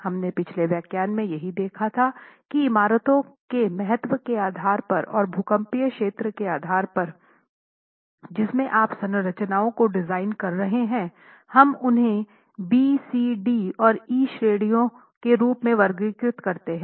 हमने पिछले वर्ग में यही देखा था की इमारतों के महत्व के आधार पर और भूकंपीय क्षेत्र के आधार पर जिसमें आप संरचनाओं को डिजाइन कर रहे हैं हम उन्हें बी सी डी और ई श्रेणियों के रूप में वर्गीकृत करते हैं